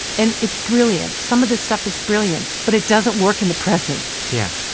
and it's brilliant. some of this stuff is brilliant. but it doesn't work in the present. yeah.